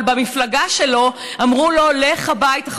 אבל במפלגה שלו אמרו לו: לך הביתה.